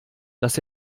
dass